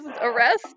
Arrest